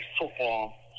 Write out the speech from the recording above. football